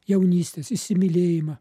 jaunystės įsimylėjimą